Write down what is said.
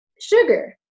sugar